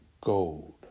gold